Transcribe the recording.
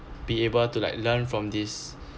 be able to like learn from this